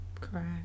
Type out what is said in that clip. Correct